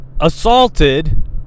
assaulted